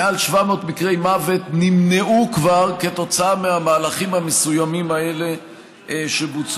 מעל 700 מקרי מוות נמנעו כבר כתוצאה מהמהלכים המסוימים האלה שבוצעו.